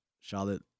Charlotte